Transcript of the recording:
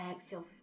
Exhale